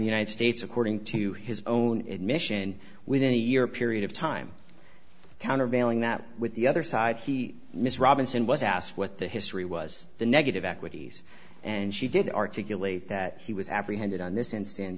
the united states according to his own admission within a year period of time countervailing that with the other side he miss robinson was asked what the history was the negative equities and she did articulate that he was apprehended on this instan